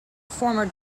former